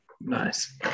Nice